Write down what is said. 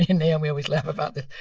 naomi always laugh about this.